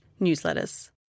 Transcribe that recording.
newsletters